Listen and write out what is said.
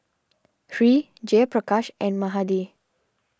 Hri Jayaprakash and Mahade